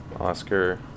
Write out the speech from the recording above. Oscar